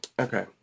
Okay